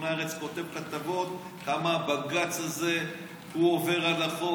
הארץ כותב כתבות כמה הבג"ץ הזה עובר על החוק,